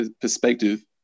perspective